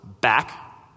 back